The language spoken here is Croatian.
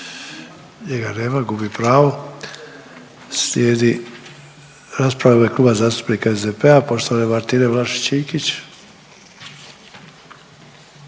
Njega nema, gubi pravo. Slijedi rasprava u ime Kluba zastupnika SDP-a poštovane Martine Vlašić-Iljkić.